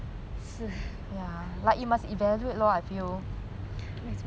是每次从